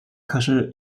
可是